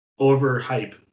overhype